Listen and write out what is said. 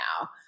now